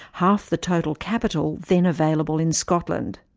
half the total capital then available in scotland.